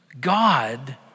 God